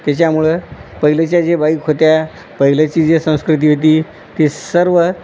त्याच्यामुळे पहिलेच्या जे बाईक होत्या पहिल्याची जी संस्कृती होती ती सर्व